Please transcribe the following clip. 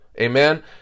Amen